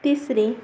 तिसरी